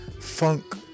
funk